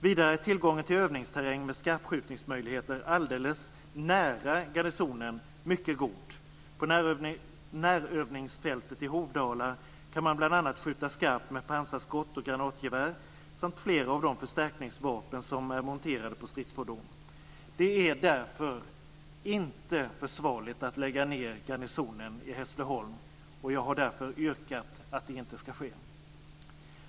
Vidare är tillgången till övningsterräng med skarpskjutningsmöjligheter alldeles nära garnisonen mycket god - på närövningsfältet i Hovdala kan man bl.a. skjuta skarpt med pansarskott och granatgevär samt flera av de förstärkningsvapen som är monterade på stridsfordon. Det är därför inte försvarligt att lägga ned garnisonen i Hässleholm. Jag har därför yrkat att det inte ska ske.